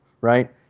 right